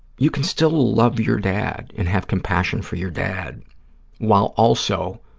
you can still love your dad and have compassion for your dad while also